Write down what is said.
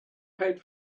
paid